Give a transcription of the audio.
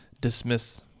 dismiss